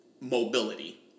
mobility